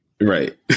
Right